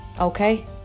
Okay